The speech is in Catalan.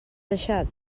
deixat